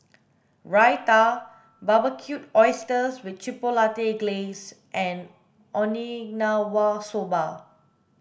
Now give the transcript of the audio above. Raita Barbecued Oysters with Chipotle Glaze and Okinawa Soba